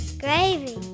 Gravy